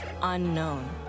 unknown